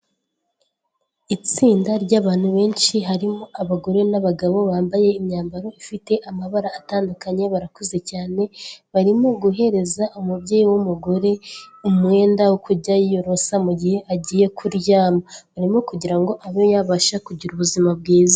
Itsinda ry'abantu benshi harimo abagore n'abagabo bambaye imyambaro ifite amabara atandukanye barakuze cyane, barimo guhereza umubyeyi w'umugore umwenda wo kujya yiyorosa mu gihe agiye kuryama, barimo kugira ngo abe yabasha kugira ubuzima bwiza.